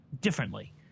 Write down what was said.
differently